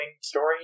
story